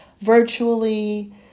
virtually